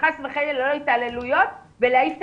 שחס וחלילה לא יהיו התעללויות ולהעיף את